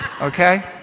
Okay